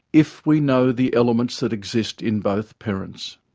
if we know the elements that exist in both parents.